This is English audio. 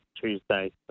Tuesday